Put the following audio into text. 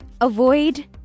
avoid